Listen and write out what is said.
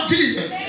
Jesus